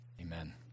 Amen